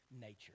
nature